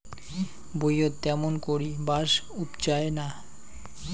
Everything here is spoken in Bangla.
ভুঁইয়ত ত্যামুন করি বাঁশ উবজায় না